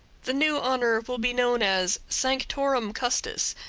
the new honor will be known as sanctorum custus,